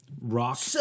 Rock